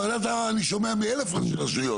וועדת ערר אני שומע מאלף רשויות